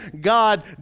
God